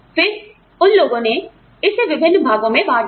फिर उन लोगों ने इसे विभिन्न भागों में बांट दिया